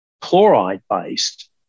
chloride-based